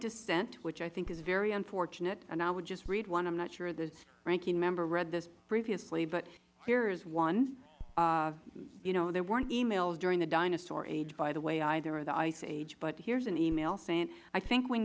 dissent which i think is very unfortunate and i will just read one i am not sure if the ranking member read this previously but here is one you know there weren't e mails during the dinosaur age by the way either or the ice age but here is an e mail saying i think we